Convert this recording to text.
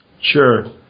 Sure